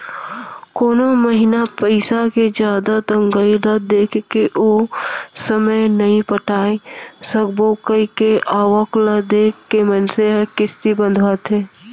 कोनो महिना पइसा के जादा तंगई ल देखके ओ समे नइ पटाय सकबो कइके आवक ल देख के मनसे ह किस्ती बंधवाथे